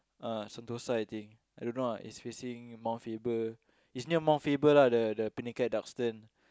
uh Sentosa I think I don't know ah it's facing Mount-Faber it's near Mount-Faber lah the the Pinnacle-at-Duxton